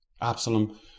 Absalom